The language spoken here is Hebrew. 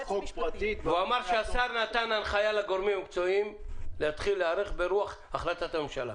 אמר שהשר נתן הנחייה לגורמים המקצועיים להתחיל להיערך ברוח החלטת הממשלה.